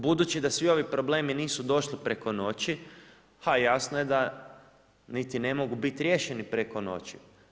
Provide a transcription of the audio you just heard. Budući da svi ovi problemi nisu došli preko noći, a jasno je da niti ne mogu biti riješeni preko noći.